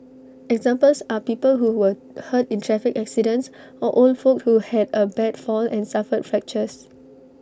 examples are people who were hurt in traffic accidents or old folk who had A bad fall and suffered fractures